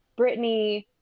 Britney